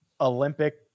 olympic